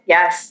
Yes